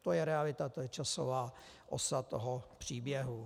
To je realita, to je časová osa toho příběhu.